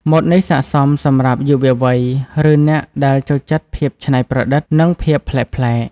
ម៉ូដនេះស័ក្តិសមសម្រាប់យុវវ័យ ឬអ្នកដែលចូលចិត្តភាពច្នៃប្រឌិត និងភាពប្លែកៗ។